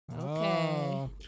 Okay